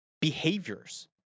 behaviors